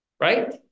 Right